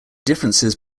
differences